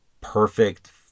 perfect